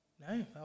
no